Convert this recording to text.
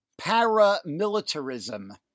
Paramilitarism